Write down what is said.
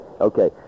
okay